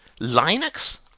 Linux